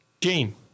Gene